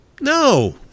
No